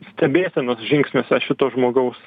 stebėsenos žingsniuose šito žmogaus